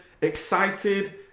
Excited